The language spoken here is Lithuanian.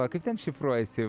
kaip ten šifruojasi